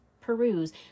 peruse